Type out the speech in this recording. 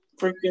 freaking